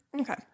Okay